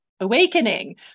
awakening